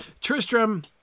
Tristram